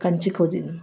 Kanchi కోజిన్